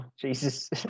Jesus